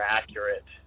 accurate